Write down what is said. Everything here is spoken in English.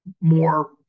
more